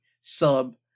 sub